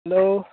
hello